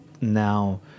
now